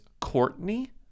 Courtney